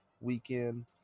Weekend